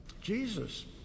Jesus